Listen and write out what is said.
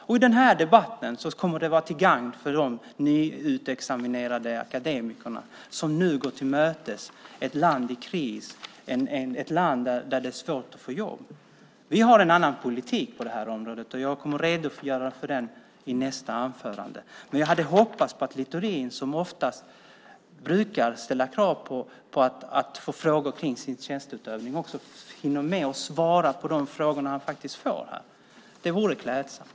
Och i den här debatten säger han att den kommer att vara till gagn för de nyutexaminerade akademiker som nu möter ett land i kris och där det är svårt att få jobb. Vi har en annan politik på detta område, och jag kommer att redogöra för den i nästa inlägg. Men jag hoppas att Littorin, som oftast brukar ställa krav på att få frågor om sin tjänsteutövning, också hinner svara på de frågor som han faktiskt får här. Det vore klädsamt.